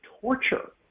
torture